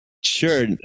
Sure